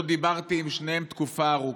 לא דיברתי עם שניהם תקופה ארוכה.